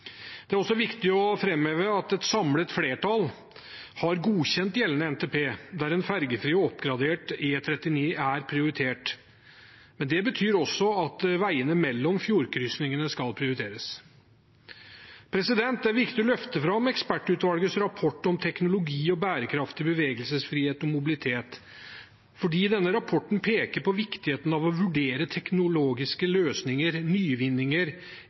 Det er også viktig å framheve at et samlet flertall har godkjent gjeldende NTP, der en fergefri og oppgradert E39 er prioritert, men det betyr også at veiene mellom fjordkrysningene skal prioriteres. Det er viktig å løfte fram ekspertutvalgets rapport om teknologi for bærekraftig bevegelsesfrihet og mobilitet, fordi denne rapporten peker på viktigheten av å vurdere teknologiske løsninger, nyvinninger,